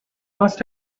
must